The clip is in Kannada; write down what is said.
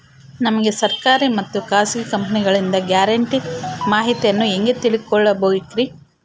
ನಮಗೆ ಸರ್ಕಾರಿ ಮತ್ತು ಖಾಸಗಿ ಕಂಪನಿಗಳಿಂದ ಗ್ಯಾರಂಟಿ ಮಾಹಿತಿಯನ್ನು ಹೆಂಗೆ ತಿಳಿದುಕೊಳ್ಳಬೇಕ್ರಿ?